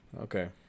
Okay